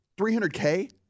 $300K